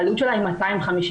העלות שלה היא 250 מיליון.